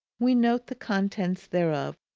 we note the contents thereof,